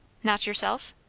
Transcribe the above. not yourself?